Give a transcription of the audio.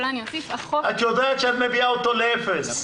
אולי אני אוסיף --- את יודעת שאת מביאה אותו לאפס.